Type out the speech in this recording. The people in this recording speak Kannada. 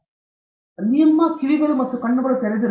ಆದ್ದರಿಂದ ನಿಮ್ಮ ಕಿವಿಗಳು ಮತ್ತು ಕಣ್ಣುಗಳು ತೆರೆದಿರುತ್ತವೆ